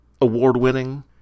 award-winning